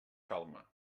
calma